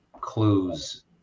clues